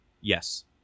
Yes